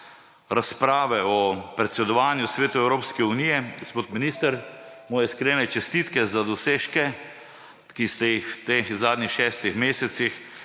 razprave o predsedovanju Svetu Evropske unije –, gospod minister, moje iskrene čestitke za dosežke, ki ste jih v teh zadnjih šestih mesecih